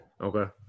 Okay